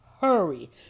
hurry